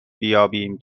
بیابیم